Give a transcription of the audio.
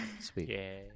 Sweet